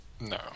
No